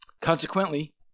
Consequently